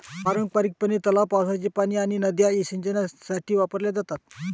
पारंपारिकपणे, तलाव, पावसाचे पाणी आणि नद्या सिंचनासाठी वापरल्या जातात